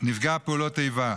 נפגע פעולות איבה